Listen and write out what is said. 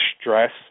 stress